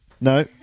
No